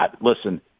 Listen